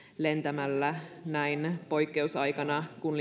lentämällä näin poikkeusaikana kun